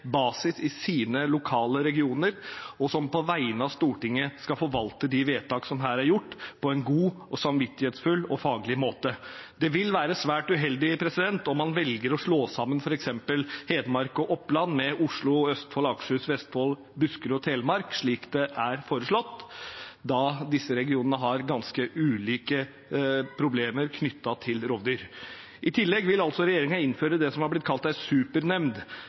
basis i sine lokale regioner, som på vegne av Stortinget skal forvalte de vedtak som her er gjort, på en god, samvittighetsfull og faglig måte. Det vil være svært uheldig om man velger å slå sammen f.eks. Hedmark og Oppland med Oslo, Østfold, Akershus, Vestfold, Buskerud og Telemark, slik det er foreslått, da disse regionene har ganske ulike problemer knyttet til rovdyr. I tillegg vil altså regjeringen innføre det som er blitt kalt en supernemnd,